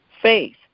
faith